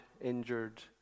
injured